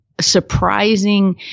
surprising